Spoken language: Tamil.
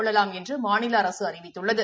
கொள்ளலாம் என்று மாநில அரசு அறிவித்துள்ளது